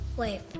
Wait